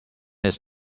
his